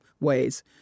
ways